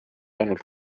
ainult